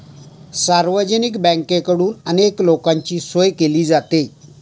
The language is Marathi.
सार्वजनिक बँकेकडून अनेक लोकांची सोय केली जाते